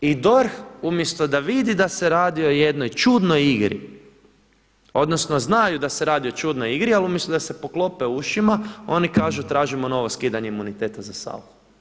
I DORH umjesto da vidi da se radi o jednoj čudnoj igri, odnosno znaju da se radi o čudnoj igri, ali umjesto da se poklope ušima, oni kažu tražimo novo skidanje imuniteta za Sauchu.